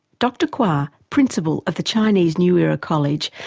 dr kua, principal of the chinese new era college,